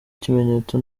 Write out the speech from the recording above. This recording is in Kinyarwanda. ikimenyetso